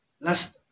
last